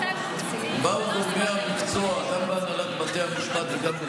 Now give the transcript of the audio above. באו גורמי המקצוע, גם בהנהלת בתי המשפט וגם,